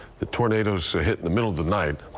the tornadoes hit in the middle of the night,